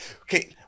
okay